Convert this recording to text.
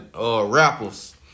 rappers